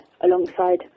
alongside